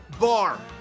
bar